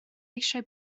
eisiau